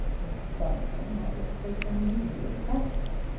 mrs. bundercombe was in a state of unusual excitement.